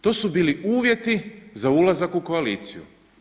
To su bili uvjeti za ulazak u koaliciju.